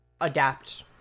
adapt